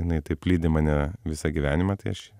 jinai taip lydi mane visą gyvenimą tai aš